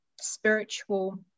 spiritual